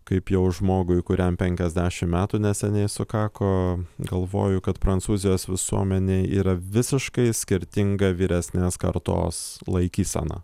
kaip jau žmogui kuriam penkiasdešim metų neseniai sukako galvoju kad prancūzijos visuomenė yra visiškai skirtinga vyresnės kartos laikysena